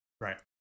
right